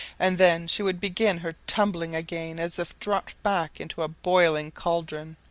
and then she would begin her tumbling again as if dropped back into a boiling cauldron.